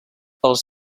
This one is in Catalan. els